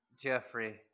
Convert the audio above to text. Jeffrey